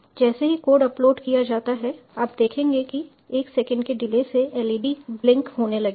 जैसे ही code upload किया जाता है आप देखेंगे कि 1 सेकंड के डिले से LED ब्लिंक होने लगेगी